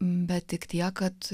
bet tik tiek kad